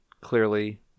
Clearly